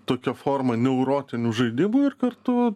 tokia forma neurotinių žaidimų ir kartu